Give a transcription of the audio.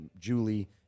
Julie